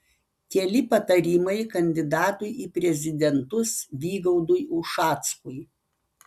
keli patarimai kandidatui į prezidentus vygaudui ušackui